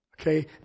Okay